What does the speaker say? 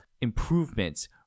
improvements